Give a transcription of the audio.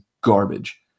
garbage